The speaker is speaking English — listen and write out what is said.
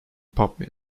pop